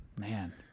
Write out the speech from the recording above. man